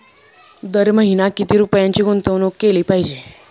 दर महिना किती रुपयांची गुंतवणूक केली पाहिजे?